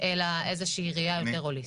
אלא איזה שהיא ראייה יותר הוליסטית.